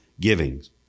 givings